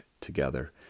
together